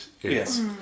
Yes